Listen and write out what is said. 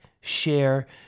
share